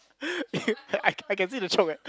I I can see the choke leh